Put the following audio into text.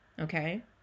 Okay